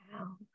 Wow